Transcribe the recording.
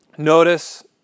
Notice